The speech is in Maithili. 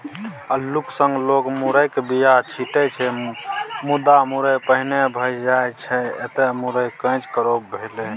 अल्लुक संग लोक मुरयक बीया छीटै छै मुदा मुरय पहिने भए जाइ छै एतय मुरय कैच क्रॉप भेलै